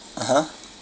(uh huh)